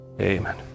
Amen